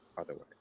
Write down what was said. otherwise